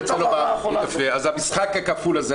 אז המשחק הכפול הזה,